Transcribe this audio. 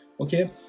okay